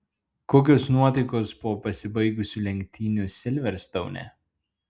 kokios nuotaikos po pasibaigusių lenktynių silverstoune